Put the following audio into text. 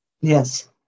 Yes